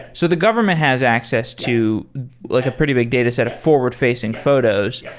so the government has access to like a pretty big dataset of forward-facing photos.